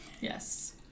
Yes